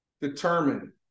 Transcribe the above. determine